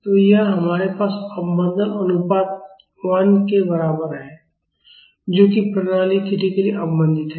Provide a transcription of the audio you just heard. तो यहाँ हमारे पास अवमंदन अनुपात 1 के बराबर है जो कि प्रणाली क्रिटिकल्ली अवमंदित है